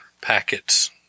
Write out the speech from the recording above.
packets